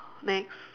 next